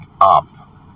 up